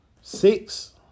six